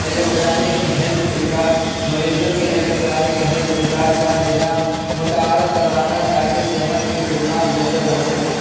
electronic health record مریضوں کے electronic health record کا نظام متعارف کروانا تا کہ صحت کی خدمات بہتر ہو سکے